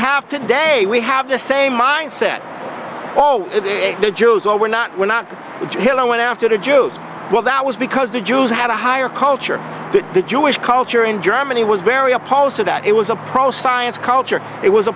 have today we have the same mindset oh the jews oh we're not we're not going to hell i went after the jews well that was because the jews had a higher culture that the jewish culture in germany was very opposed to that it was a pro science culture it was a